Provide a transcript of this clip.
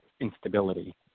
instability